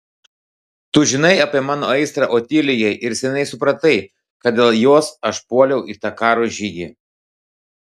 tu žinai apie mano aistrą otilijai ir seniai supratai kad dėl jos aš puoliau į tą karo žygį